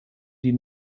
die